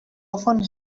often